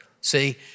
See